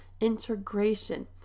integration